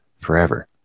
forever